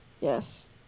Yes